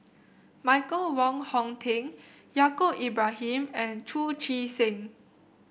Michael Wong Hong Teng Yaacob Ibrahim and Chu Chee Seng